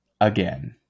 Again